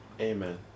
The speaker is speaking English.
Amen